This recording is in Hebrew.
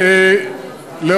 אני